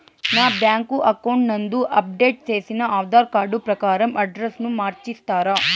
నా bank account నందు update చేసిన ఆధార్ కార్డు ప్రకారం అడ్రస్ ను మార్చిస్తారా?